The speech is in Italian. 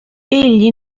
egli